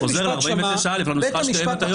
הוא חוזר לסעיף 49(א), לנוסחה שקיימת היום.